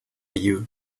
you